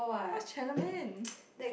what's